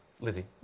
Lizzie